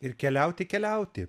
ir keliauti keliauti